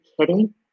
kidding